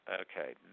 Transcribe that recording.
okay